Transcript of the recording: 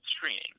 screening